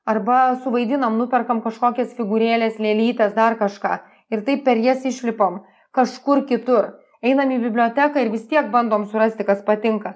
arba suvaidinam nuperkam kažkokias figūrėles lėlytes dar kažką ir taip per jas išlipam kažkur kitur einam į biblioteką ir vis tiek bandom surasti kas patinka